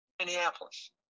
Minneapolis